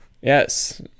Yes